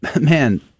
Man